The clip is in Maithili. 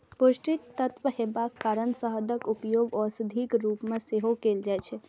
पौष्टिक तत्व हेबाक कारण शहदक उपयोग औषधिक रूप मे सेहो कैल जाइ छै